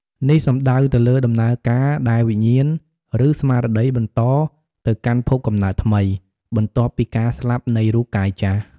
នេះសំដៅទៅលើដំណើរការដែលវិញ្ញាណ ឬស្មារតីបន្តទៅកាន់ភពកំណើតថ្មី បន្ទាប់ពីការស្លាប់នៃរូបកាយចាស់។